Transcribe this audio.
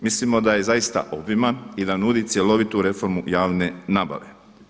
Mislimo da je zaista obiman i da nudi cjelovitu reformu javne nabave.